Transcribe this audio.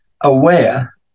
aware